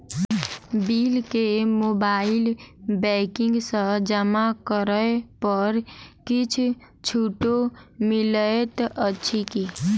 Bill केँ mobile banking सँ जमा करै पर किछ छुटो मिलैत अछि की?